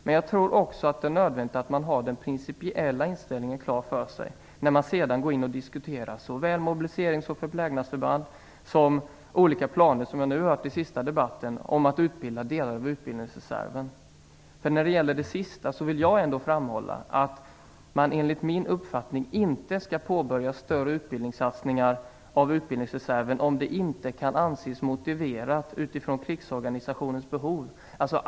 Men det är också nödvändigt att man har den principiella inställningen klar för sig när man diskuterar såväl mobiliserings och förplägnadsförband som de olika planer om att utbilda delar av utbildningsreserven som man har nämnt i debatten. När det gäller detta skall man enligt min uppfattning inte påbörja större utbildningssatsningar av utbildningsreserven om det inte kan anses motiverat av krigsorganisationens behov.